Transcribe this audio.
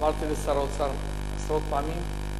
אמרתי לשר האוצר עשרות פעמים,